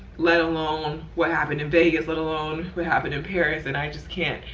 let alone what happened in vegas, let alone what happened in paris. and i just can't,